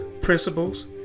principles